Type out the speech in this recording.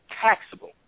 taxable